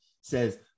says